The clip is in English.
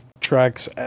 tracks